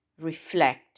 reflect